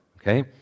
Okay